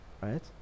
Right